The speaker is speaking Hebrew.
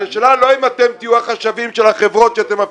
השאלה היא לא אם אתם תהיו החשבים של החברות שאתם מפריטים,